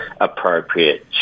appropriate